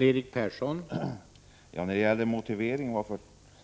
Herr talman! När det gäller motiven till att